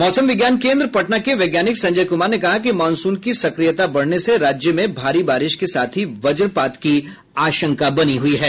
मौसम विज्ञान केन्द्र पटना के वैज्ञानिक संजय कुमार ने कहा कि मॉनसून की सक्रियता बढ़ने से राज्य में भारी बारिश के साथ ही वज्रपात की आशंका बनी हुई है